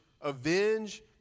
avenge